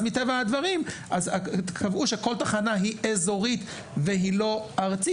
אז מטבע הדברים קבעו שכל תחנה היא אזורית והיא לא ארצית,